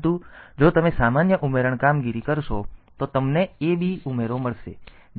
પરંતુ જો તમે સામાન્ય ઉમેરણ કામગીરી કરશો તો તમને A B ઉમેરો મળશે